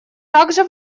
также